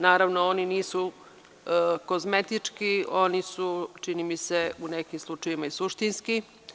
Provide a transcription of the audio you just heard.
Naravno, oni nisu kozmetički, oni su, čini mi se, u nekim slučajevima i suštinski.